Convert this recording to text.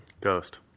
ghost